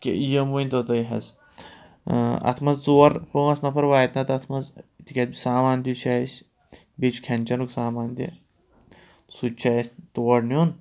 کہِ یِم ؤنۍتو تُہۍ حظ اَتھ منٛز ژور پانٛژھ نفر واتہِ نہ تَتھ منٛز تِکیٛازِ سامان تہِ چھُ اَسہِ بیٚیہِ چھُ کھٮ۪ن چٮ۪نُک سامان تہِ سُہ تہِ چھُ اَسہِ تور نیُن